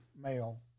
male